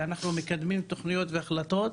ואנחנו מקדמים תכניות והחלטות,